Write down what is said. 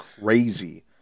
crazy